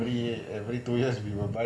so any disruption